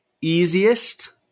easiest